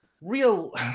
Real